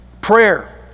prayer